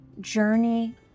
journey